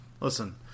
listen